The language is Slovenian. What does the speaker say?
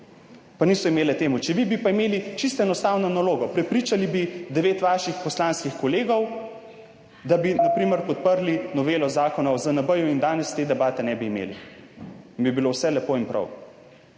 pa niso imele te moči. Če bi, bi pa imeli čisto enostavno nalogo, prepričali bi devet vaših poslanskih kolegov, da bi na primer podprli novelo Zakona o nalezljivih boleznih in danes te debate ne bi imeli in bi bilo vse lepo in prav,